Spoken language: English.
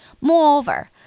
Moreover